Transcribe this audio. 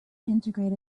integrate